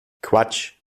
quatsch